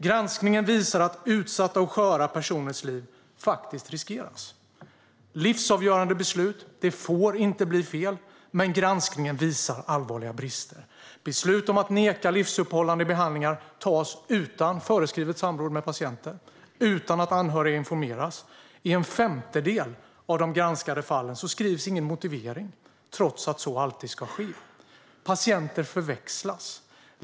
Granskningen visar att utsatta och sköra personers liv faktiskt riskeras. Det är livsavgörande beslut och får inte bli fel, men granskningen visar allvarliga brister. Beslut om att neka livsuppehållande behandlingar tas utan föreskrivet samråd med patienter och utan att anhöriga informeras. I en femtedel av de granskade fallen skrivs ingen motivering trots att så alltid ska ske. Patienter förväxlas.